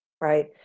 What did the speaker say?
right